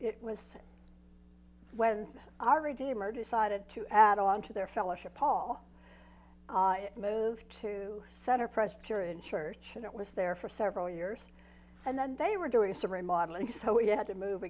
it was when our redeemer decided to add on to their fellowship hall moved to center presbyterian church and it was there for several years and then they were doing some remodeling so we had to move